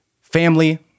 family